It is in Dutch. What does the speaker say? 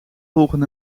volgen